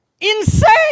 Insane